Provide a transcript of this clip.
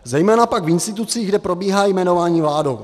Zejména pak v institucích, kde probíhá jmenování vládou.